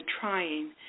trying